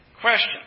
question